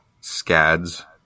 scads